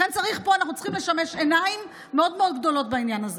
לכן אנחנו צריכים לשמש עיניים מאוד מאוד גדולות בעניין הזה.